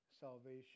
salvation